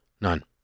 none